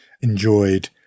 enjoyed